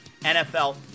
NFL